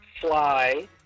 fly